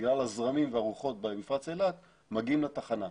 בגלל הזרמים והרוחות במפרץ אילת מגיעים לתחנה.